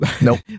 Nope